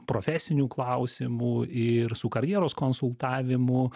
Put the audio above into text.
profesiniu klausimu ir su karjeros konsultavimu